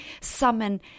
summon